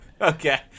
Okay